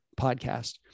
podcast